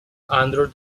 under